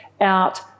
out